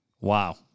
Wow